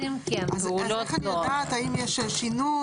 אז איך אני יודעת האם יש שינוי?